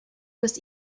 was